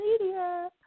media